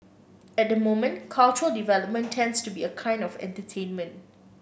at the moment cultural development tends to be a kind of entertainment